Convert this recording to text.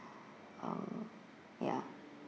um ya